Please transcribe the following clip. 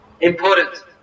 important